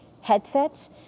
headsets